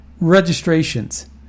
registrations